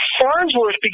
Farnsworth